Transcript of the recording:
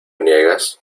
niegas